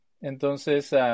entonces